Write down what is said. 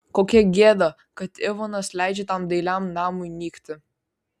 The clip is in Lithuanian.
kokia gėda kad ivanas leidžia tam dailiam namui nykti